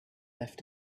left